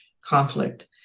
conflict